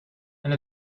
and